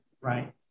right